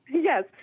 Yes